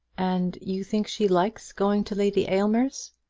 and you think she likes going to lady aylmer's?